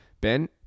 ben